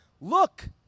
Look